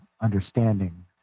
understanding